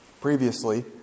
previously